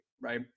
right